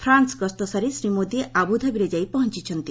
France ଗସ୍ତ ସାରି ଶ୍ରୀ ମୋଦି ଅବୁଧାବିରେ ଯାଇ ପହଞ୍ଚୁଛନ୍ତି